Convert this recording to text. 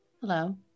Hello